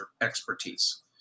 expertise